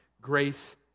grace